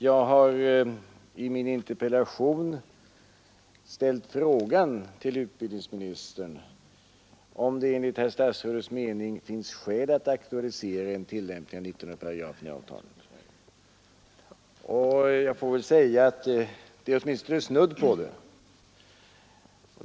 Jag har i min interpellation ställt frågan till utbildningsministern om det enligt hans mening finns skäl att aktualisera en tillämpning av 19 § i avtalet. Jag får emellertid nu sä föreligger snudd på en sådan aktualisering.